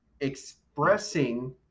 expressing